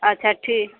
अच्छा ठीक